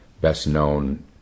best-known